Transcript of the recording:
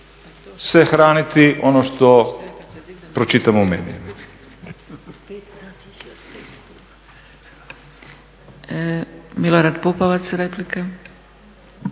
se hraniti ono što pročitamo u medijima.